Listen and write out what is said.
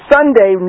Sunday